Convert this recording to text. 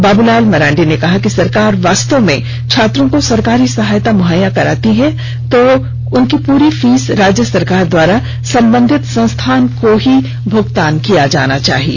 बाबूलाल ने कहा कि सरकार वास्तव में छात्रों को सरकारी सहायता मुहैया कराना चाहती है तो उनकी पूरी फीस राज्य सरकार द्वारा संबंधित संस्थान को ही भुगतान किया जाना चाहिए